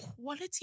quality